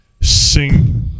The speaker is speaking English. sing